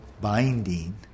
binding